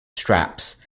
straps